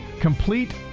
Complete